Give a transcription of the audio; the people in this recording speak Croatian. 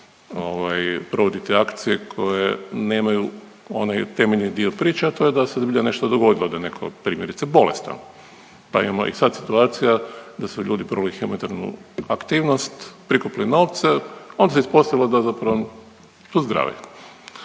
provoditi akcije koje nemaju onaj temeljni dio priče, a to je da se zbilja nešto dogodilo, da je netko, primjerice, bolestan. Pa imamo i sad situacija da su ljudi proveli .../Govornik se ne razumije./... aktivnost, prikupili novce, a onda se uspostavilo da zapravo su zdravi.